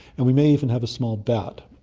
and we may even have a small bat,